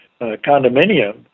condominium